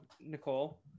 Nicole